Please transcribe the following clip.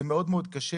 זה מאוד קשה.